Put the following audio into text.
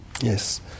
yes